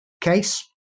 case